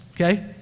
okay